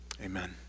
Amen